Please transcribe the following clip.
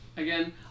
Again